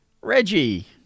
reggie